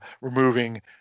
removing